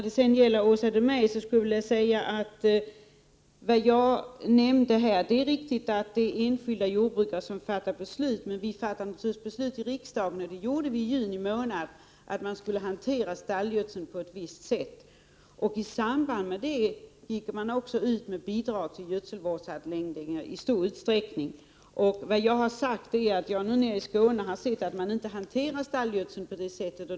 Det är riktigt, Åsa Domeij, att det är enskilda jordbrukare som fattar beslut. Men vi fattar naturligtvis beslut i riksdagen, och det gjorde vi i juni månad. Då beslutades att man skulle hantera stallgödsel på ett visst sätt. I samband med det beslutet gick man också ut med bidrag till gödselvårdsanläggningar. Jag har nere i Skåne sett att man inte hanterar stallgödsel på rätt sätt.